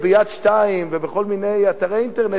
ב-"יד 2" ובכל מיני אתרי אינטרנט,